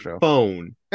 phone